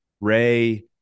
Ray